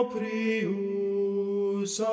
Prius